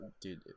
dude